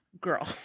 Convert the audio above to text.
Girl